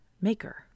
maker